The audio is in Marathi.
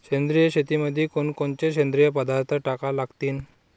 सेंद्रिय शेतीमंदी कोनकोनचे सेंद्रिय पदार्थ टाका लागतीन?